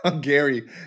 Gary